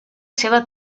seva